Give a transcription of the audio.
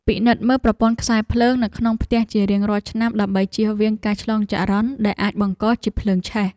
ពិនិត្យមើលប្រព័ន្ធខ្សែភ្លើងនៅក្នុងផ្ទះជារៀងរាល់ឆ្នាំដើម្បីជៀសវាងការឆ្លងចរន្តដែលអាចបង្កជាភ្លើងឆេះ។